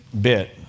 bit